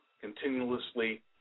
continuously